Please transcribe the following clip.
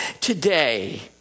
today